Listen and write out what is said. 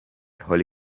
حالی